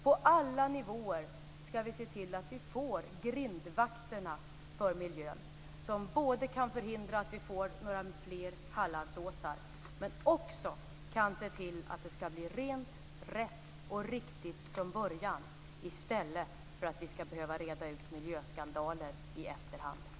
På alla nivåer skall vi se till att vi får grindvakter för miljön som kan förhindra att vi får några fler hallandsåsar, men som också kan se till att det blir rent, rätt och riktigt från början i stället för att vi skall behöva reda ut miljöskandaler i efterhand.